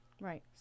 Right